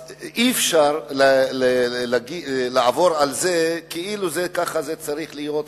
אי-אפשר לעבור על זה כאילו ככה זה צריך להיות,